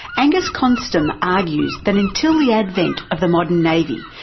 angus konstom argues that until the advent of the modern navy,